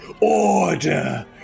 order